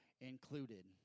included